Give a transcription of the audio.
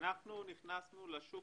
כשנכנסנו לשוק